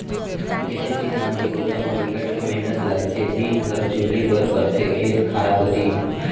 खेती किसान के बूता म बिकट के मेहनत लगथे दिन भर झुले बर परथे खेत खार कोती